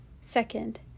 Second